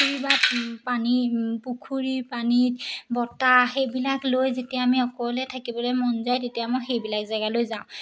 পানী পুখুৰী পানীত বতাহ সেইবিলাক লৈ যেতিয়া আমি অকলে থাকিবলৈ মন যায় তেতিয়া মই সেইবিলাক জেগালৈ যাওঁ